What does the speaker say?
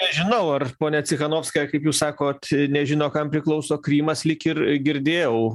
nežinau ar ponia cichanovskaja kaip jūs sakot nežino kam priklauso krymas lyg ir girdėjau